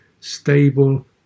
stable